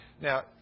Now